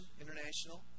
International